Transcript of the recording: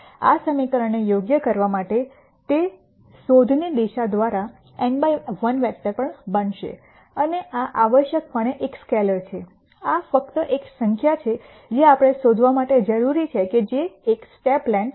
હવે આ સમીકરણને યોગ્ય કરવા માટે તે શોધની દિશા દ્વારા n બાય 1 વેક્ટર પણ બનશે અને આ આવશ્યકપણે એક સ્કેલર છે આ ફક્ત એક સંખ્યા છે જે આપણે શોધવા માટે જરૂરી છે કે જે એક સ્ટેપ લેંથ છે